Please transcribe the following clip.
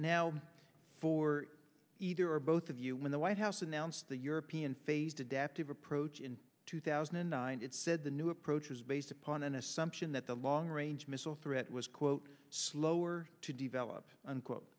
now for either or both of you when the white house announced the european phased adaptive approach in two thousand and nine it said the new approach is based upon an assumption that the long range threat was quote slower to develop unquote